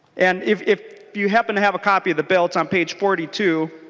and if if you happen to have a copy of the bill it's on page forty two